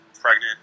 pregnant